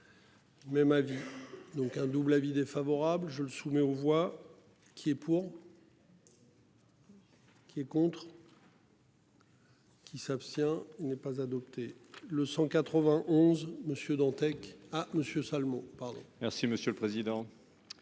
Même avis donc un double avis défavorable, je le soumets aux voix qui est pour. Qui est contre. Qui s'abstient. Il n'est pas adopté le 191 Monsieur